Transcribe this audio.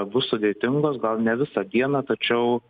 bus sudėtingos gal ne visą dieną tačiau